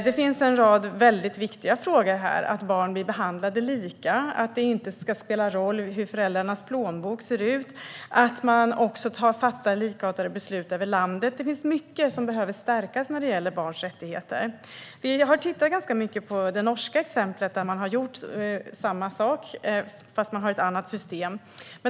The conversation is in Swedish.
Det finns en rad väldigt viktiga frågor här - att barn blir behandlade lika, att det inte ska spela någon roll hur föräldrarnas plånbok ser ut och att man också fattar likartade beslut över landet. Det finns mycket som behöver stärkas när det gäller barns rättigheter. Vi har tittat ganska mycket på det norska exemplet där man har gjort samma sak, fast man har ett annat system.